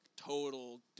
total